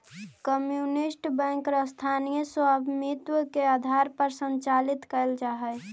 community bank स्थानीय स्वामित्व के आधार पर संचालित कैल जा हइ